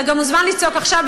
אתה גם מוזמן לצעוק עכשיו,